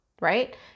right